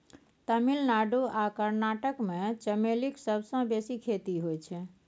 तमिलनाडु आ कर्नाटक मे चमेलीक सबसँ बेसी खेती होइ छै